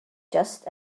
just